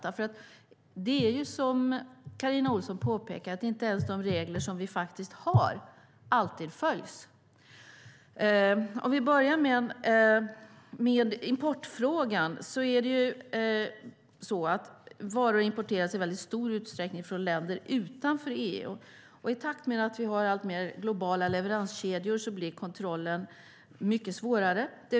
De regler som vi har följs nämligen inte alltid, vilket Carina Ohlsson påpekar. När det gäller importfrågan importeras varor i väldigt stor utsträckning från länder utanför EU. I takt med att vi får alltmer globala leveranskedjor blir kontrollen mycket svårare.